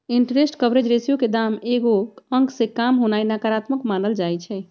interest coverage ratio के दाम एगो अंक से काम होनाइ नकारात्मक मानल जाइ छइ